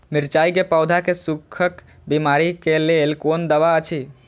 मिरचाई के पौधा के सुखक बिमारी के लेल कोन दवा अछि?